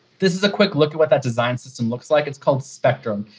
this is a quick look at what that design system looks like, it's called spectrum.